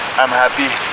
i'm happy